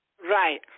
Right